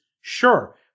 Sure